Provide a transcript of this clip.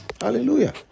Hallelujah